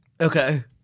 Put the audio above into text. Okay